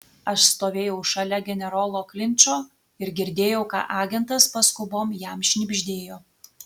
aš stovėjau šalia generolo klinčo ir girdėjau ką agentas paskubom jam šnibždėjo